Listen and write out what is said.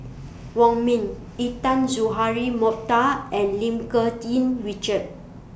Wong Ming Intan Azura Mokhtar and Lim Yih Richard